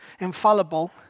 infallible